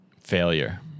Failure